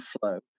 flow